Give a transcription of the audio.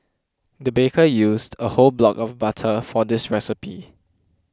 the baker used a whole block of butter for this recipe